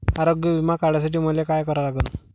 आरोग्य बिमा काढासाठी मले काय करा लागन?